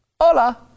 Hola